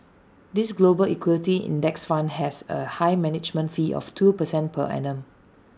this global equity index fund has A high management fee of two percent per annum